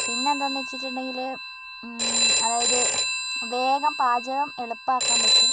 പിന്നെ എന്താണെന്ന് വച്ചിട്ടുണ്ടെങ്കിൽ അതായത് വേഗം പാചകം എളുപ്പമാക്കാൻ പറ്റും